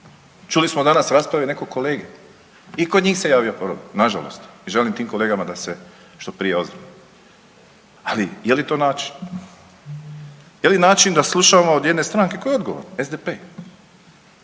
Čuli smo danas rasprave nekog kolege. I kod njih se javio problem nažalost i želim tim kolegama da se što prije ozdrave. Ali, je li to način? Je li način da slušamo od jedne stranke koja je odgovorna, SDP?